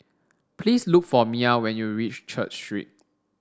please look for Mia when you reach Church Street